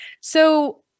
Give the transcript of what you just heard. So-